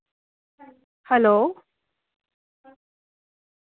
hello